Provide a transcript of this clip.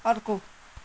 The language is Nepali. अर्को